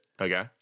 Okay